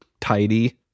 tidy